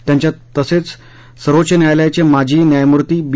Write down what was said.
त्यांच्या तसेच सर्वोच्च न्यायालयाचे माजी न्यायमूर्ती बी